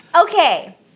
Okay